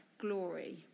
glory